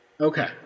Okay